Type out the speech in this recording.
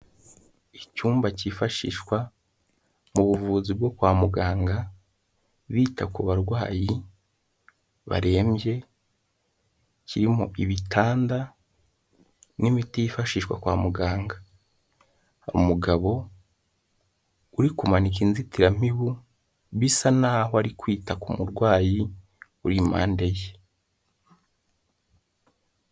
Icyumba cyifashishwa mu buvuzi bwo kwa muganga, bita ku barwayi barembye, kirimo ibitanda n'imiti yifashishwa kwa muganga. Umugabo uri kumanika inzitiramibu, bisa n'aho ari kwita ku murwayi uri impande ye.